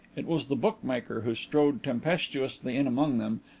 it was the bookmaker who strode tempestuously in among them,